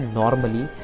normally